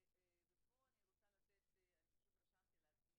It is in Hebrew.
ופה אני רוצה לתת אני פשוט רשמתי לעצמי